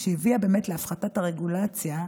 שבאמת הביאה להפחתת הרגולציה,